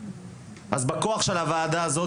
אז בכוח של הוועדה הזאת,